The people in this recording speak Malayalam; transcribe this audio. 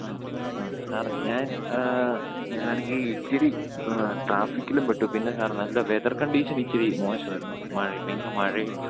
ആ ആ സാർ ഞാൻ ഞാനാണെങ്കില് ഇത്തിരി ട്രാഫിക്കിലുംപ്പെട്ടു പിന്നെ സാർ നല്ല വെതർ കണ്ടീഷൻ ഇത്തിരി മോശമായിരുന്നു മഴ ഭയങ്കരം മഴയും